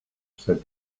said